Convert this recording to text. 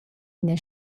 ina